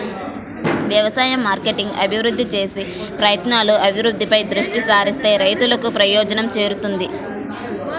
వ్యవసాయ మార్కెటింగ్ అభివృద్ధి చేసే ప్రయత్నాలు, అభివృద్ధిపై దృష్టి సారిస్తే రైతులకు ప్రయోజనం చేకూరుతుంది